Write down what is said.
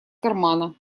кармана